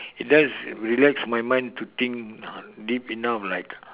it does relax my mind to think deep enough like